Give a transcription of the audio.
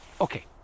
Okay